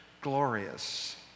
glorious